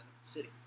city